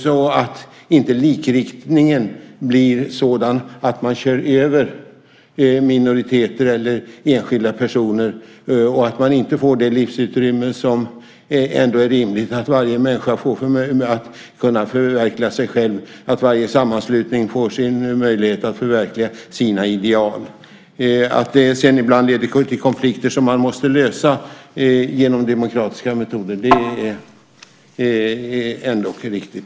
Likriktningen får inte bli sådan att man kör över minoriteter eller enskilda personer, så att de inte får det livsutrymme som ändå är rimligt. Varje människa ska få möjlighet att förverkliga sig själv. Varje sammanslutning ska få möjlighet att förverkliga sina ideal. Att det sedan ibland leder till konflikter som man måste lösa genom demokratiska metoder är ändock riktigt.